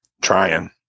trying